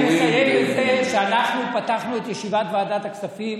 אז אני מסיים בזה שאנחנו פתחנו את ישיבת ועדת הכספים